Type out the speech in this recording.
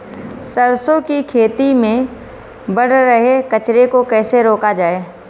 सरसों की खेती में बढ़ रहे कचरे को कैसे रोका जाए?